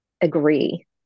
agree